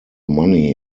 money